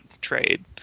trade